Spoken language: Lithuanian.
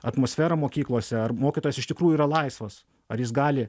atmosferą mokyklose ar mokytojas iš tikrųjų yra laisvas ar jis gali